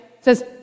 says